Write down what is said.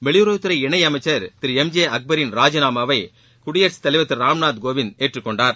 வெளியுறவுத்துறை இணையமைச்சர் திரு எம் ஜே அக்பரின் ராஜினாமாவை குடியரசுத் தலைவர் திரு ராம்நாத் கோவிந்த் ஏற்றுக்கொண்டார்